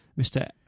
Mr